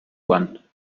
one